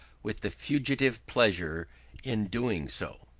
with the fugitive pleasure in doing so.